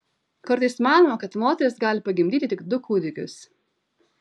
kartais manoma kad moteris gali pagimdyti tik du kūdikius